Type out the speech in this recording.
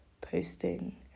posting